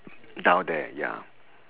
down there ya